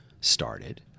started